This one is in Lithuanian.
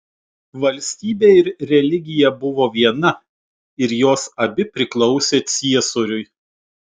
valstybė ir religija buvo viena ir jos abi priklausė ciesoriui